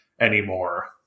anymore